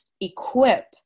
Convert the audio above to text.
equip